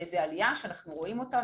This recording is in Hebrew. זו עלייה שאנחנו רואים אותה,